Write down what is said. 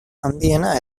handiena